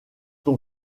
ton